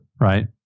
right